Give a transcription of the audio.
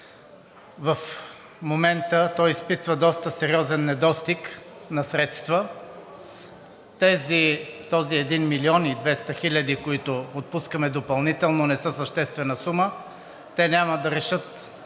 В момента то изпитва доста сериозен недостиг на средства. Този 1 млн. 200 хиляди, които отпускаме допълнително, не са съществена сума, те няма да решат